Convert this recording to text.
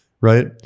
right